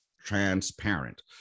Transparent